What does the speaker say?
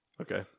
Okay